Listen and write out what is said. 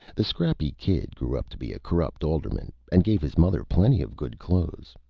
the scrappy kid grew up to be a corrupt alderman, and gave his mother plenty of good clothes,